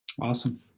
Awesome